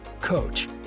coach